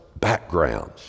backgrounds